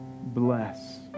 bless